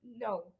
No